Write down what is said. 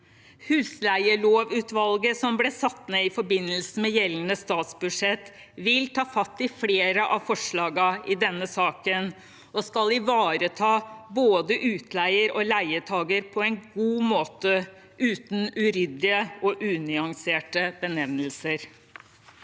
Husleielovutvalget som ble satt ned i forbindelse med gjeldende statsbudsjett, vil ta fatt i flere av forslagene i denne saken og skal ivareta både utleiere og leietakere på en god måte uten uryddige og unyanserte benevnelser.